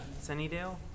Sunnydale